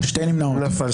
הצבעה לא אושרה נפל.